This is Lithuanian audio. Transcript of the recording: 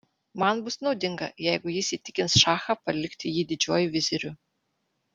man bus naudinga jeigu jis įtikins šachą palikti jį didžiuoju viziriu